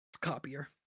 copier